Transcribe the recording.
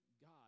God